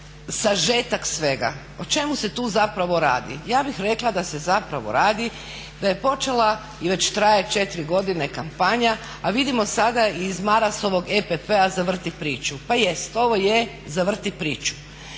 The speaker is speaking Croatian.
sažetak svega, o čemu se tu zapravo radi? Ja bih rekla da se zapravo radi da je počela i već traje četiri godine kampanja, a vidimo sada i iz Marasovog EPP-a zavrti priču. Pa jeste, ovo je zavrti priču.